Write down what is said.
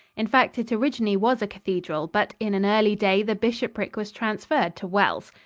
in fact, it originally was a cathedral, but in an early day the bishopric was transferred to wells.